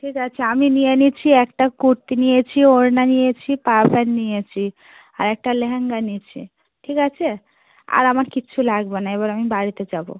ঠিক আছে আমি নিয়ে নিচ্ছি একটা কুর্তি নিয়েছি ওড়না নিয়েছি পাউডার নিয়েছি আরেকটা লেহেঙ্গা নিচ্ছি ঠিক আছে আর আমার কিচ্ছু লাগবে না এবার আমি বাড়িতে যাবো